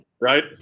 right